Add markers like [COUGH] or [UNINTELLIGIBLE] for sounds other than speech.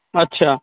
আচ্ছা [UNINTELLIGIBLE]